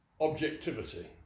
objectivity